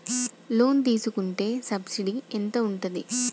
Loan తీసుకుంటే subsidy ఎంత ఉంటది?